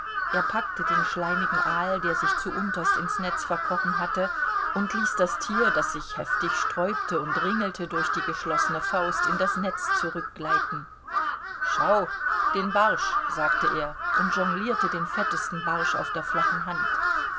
er packte den schleimigen aal der sich zu unterst ins netz verkrochen hatte und ließ das tier das sich heftig sträubte und ringelte durch die geschlossene faust in das netz zurückgleiten schau den barsch sagte er und jonglierte den fettesten barsch auf der flachen hand